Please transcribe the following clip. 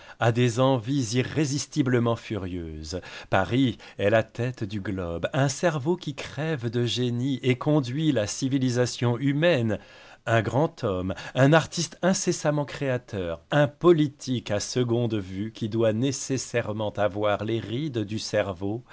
a des envies irrésistiblement furieuses paris est la tête du globe un cerveau qui crève de génie et conduit la civilisation humaine un grand homme un artiste incessamment créateur un politique à seconde vue qui doit nécessairement avoir les rides du cerveau